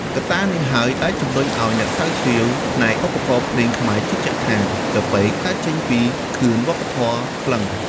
កត្តានេះហើយដែលជំរុញឲ្យអ្នកស្រាវជ្រាវផ្នែកឧបករណ៍ភ្លេងខ្មែរជឿជាក់ថា ចាប៉ីកើតចេញពីខឿនវប្បធម៌ក្លិង្គ។